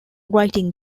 writing